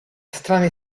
strane